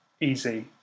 easy